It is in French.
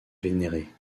vénérée